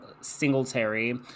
Singletary